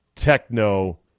Techno